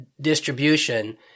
distribution